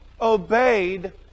obeyed